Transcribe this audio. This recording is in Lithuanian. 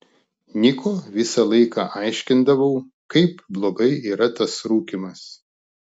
niko visą laiką aiškindavau kaip blogai yra tas rūkymas